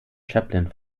chaplin